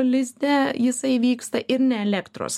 lizde jisai vyksta ir ne elektros